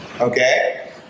Okay